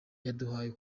yaduhaye